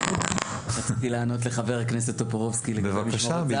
רציתי לענות לחבר הכנסת טופורובסקי לגבי משמרות הזהב,